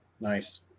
nice